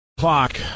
Clock